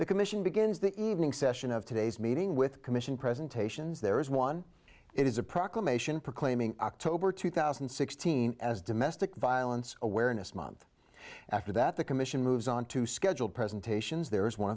the commission begins the evening session of today's meeting with commission presentations there is one it is a proclamation proclaiming october two thousand and sixteen as domestic violence awareness month after that the commission moves on to scheduled presentations there is one